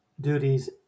duties